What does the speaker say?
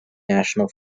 national